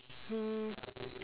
hmm